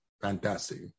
Fantastic